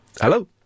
Hello